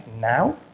now